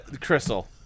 Crystal